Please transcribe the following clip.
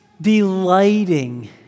delighting